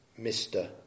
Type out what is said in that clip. Mr